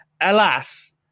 alas